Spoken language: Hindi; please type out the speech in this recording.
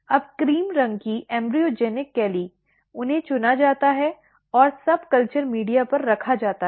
अब क्रीम रंग की भ्रूणजन्य कैली उन्हें चुना जाता है और सबकल्चर मीडिया पर रखा जाता है